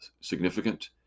significant